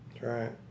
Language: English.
Right